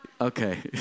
Okay